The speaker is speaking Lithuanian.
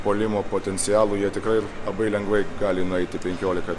puolimo potencialu jie tikrai labai lengvai gali nueiti penkiolika